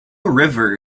river